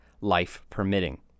life-permitting